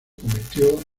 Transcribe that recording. convirtió